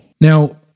Now